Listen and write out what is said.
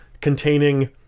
containing